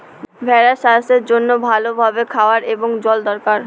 ভেড়ার স্বাস্থ্যের জন্য ভালো ভাবে খাওয়ার এবং জল দরকার